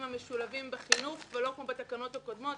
המשולבים בחינוך ולא כמו בתקנות הקודמות,